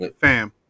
Fam